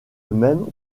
même